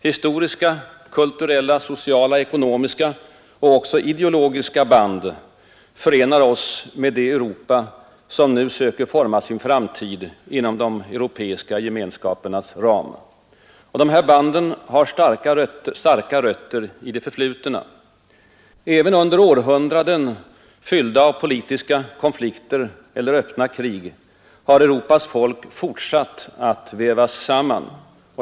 Historiska, kulturella, sociala, ekonomiska och även ideologiska band förenar oss med det Europa som nu söker forma sin framtid inom de europeiska gemenskapernas ram. Dessa band har starka rötter i det förflutna. Även under århundraden fyllda av politiska konflikter eller öppna krig har Europas folk fortsatt att vävas samman.